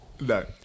No